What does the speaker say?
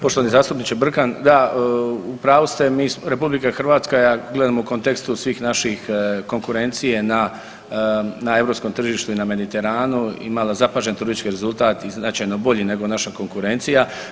Poštovani zastupniče Brkan, da u pravu ste mi, RH je a gledamo u kontekstu svih naših konkurencije na, na europskom tržištu i na Mediteranu imala zapažen turistički rezultat i značajno bolji nego naša konkurencija.